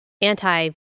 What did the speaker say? anti-